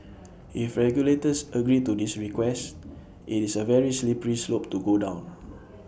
if regulators agree to this request IT is A very slippery slope to go down